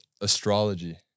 astrology